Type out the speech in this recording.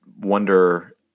wonder